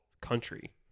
country